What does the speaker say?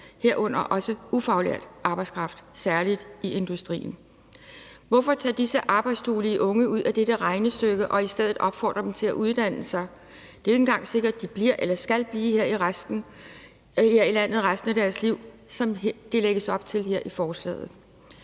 herunder også ufaglært arbejdskraft, særlig i industrien. Hvorfor tage disse arbejdsduelige unge ud af dette regnestykke og i stedet opfordre dem til at uddanne sig? Det er jo ikke engang sikkert, at de bliver eller skal blive her i landet i resten af deres liv, som der lægges op til her i forslaget.